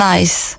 Nice